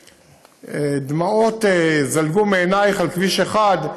דמעות זלגו מעינייך על כביש 1,